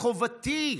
מחובתי